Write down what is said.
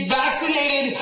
vaccinated